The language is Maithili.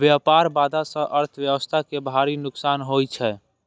व्यापार बाधा सं अर्थव्यवस्था कें भारी नुकसान होइ छै